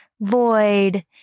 void